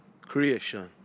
Creation